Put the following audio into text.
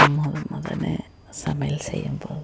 நான் மொதல் முதல்ல சமையல் செய்யும்போது